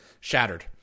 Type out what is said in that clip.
shattered